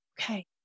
okay